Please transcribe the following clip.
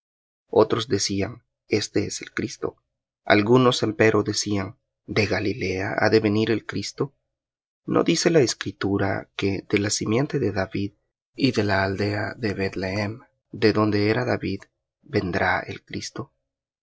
otros decían este es el cristo algunos empero decían de galilea ha de venir el cristo no dice la escritura que de la simiente de david y de la aldea de bethlehem de donde era david vendrá el cristo